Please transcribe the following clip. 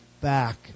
back